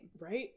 Right